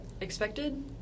expected